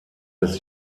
des